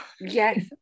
yes